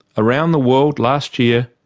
around the world last year,